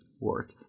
work